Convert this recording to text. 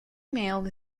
mail